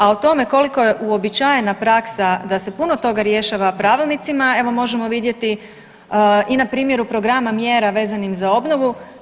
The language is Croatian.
A o tome koliko je uobičajena praksa da se puno toga rješava pravilnicima, evo možemo vidjeti i na primjeru programa mjera vezanim za obnovu.